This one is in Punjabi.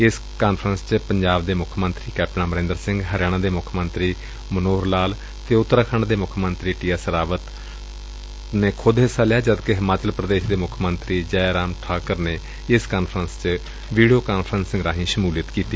ਇਸ ਕਾਨਫਰੰਸ ਵਿੱਚ ਪੰਜਾਬ ਦੇ ਮੁੱਖ ਮੰਤਰੀ ਕੈਪਟਨ ਅਮਰੰਦਰ ਸਿੰਘ ਹਰਿਆਣਾ ਦੇ ਮੁੱਖ ਮੰਤਰੀ ਮਨੋਹਰ ਲਾਲ ਅਤੇ ਉੱਤਰਾਖੰਡ ਦੇ ਮੁੱਖ ਮੰਤਰੀ ਟੀਐਸ ਰਾਵਤ ਨੇ ਖੁਦ ਹਿੱਸਾ ਲਿਆ ਜਦਕਿ ਹਿਮਾਚਲ ਪੂਦੇਸ਼ ਦੇ ਮੁੱਖ ਮੰਤਰੀ ਜੈ ਰਾਮ ਠਾਕੁਰ ਨੇ ਇਸ ਕਾਨਫਰੰਸ ਵਿੱਚ ਵੀਡਿਓ ਕਾਨਫਰੰਸ ਰਾਹੀ ਸ਼ਮੁਲੀਅਤ ਕੀਤੀ